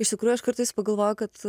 iš tikrųjų aš kartais pagalvoju kad